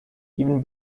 even